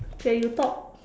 okay you talk